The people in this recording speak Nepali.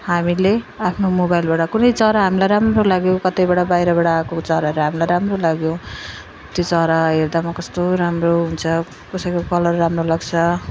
हामीले आफ्नो मोबाइलबाट कुनै चरा हामीलाई राम्रो लाग्यो कतैबाट बाहिरबाट आएको चराहरू हामीलाई राम्रो लाग्यो त्यो चरा हेर्दामा कस्तो राम्रो हुन्छ कसैको कलर राम्रो लाग्छ